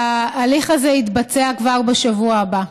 וההליך הזה יתבצע כבר בשבוע הבא.